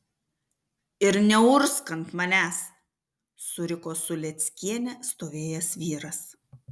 ir neurgzk ant manęs suriko su lėckiene stovėjęs vyras